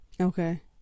Okay